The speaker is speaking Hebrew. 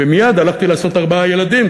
ומייד הלכתי לעשות ארבעה ילדים,